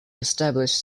established